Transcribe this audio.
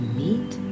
meet